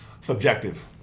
Subjective